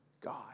God